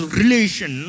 relation